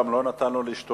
וגם לא נתן לו להשתולל.